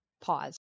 pause